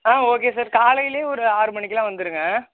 ஆ okay sir காலையிலேயே ஒரு ஆறு மணிக்கெல்லாம் வந்துவிடுங்க